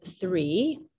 three